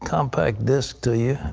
compact disc to you.